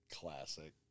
Classic